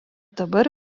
dabar